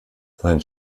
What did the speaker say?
sein